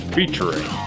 Featuring